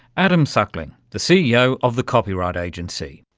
adam suckling, the ceo of the copyright agency.